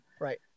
Right